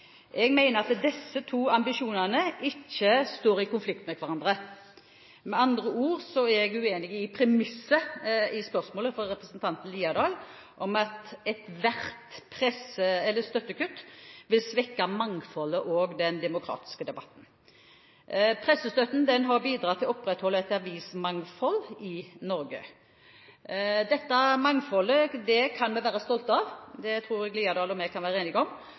Jeg mener at disse to ambisjonene ikke står i konflikt med hverandre. Med andre ord er jeg uenig i premisset i spørsmålet fra representanten Liadal om at ethvert støttekutt vil svekke mangfoldet og den demokratiske debatten. Pressestøtten har bidratt til å opprettholde et avismangfold i Norge. Dette mangfoldet kan vi være stolte av. Det tror jeg Liadal og jeg kan være enige om.